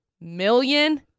million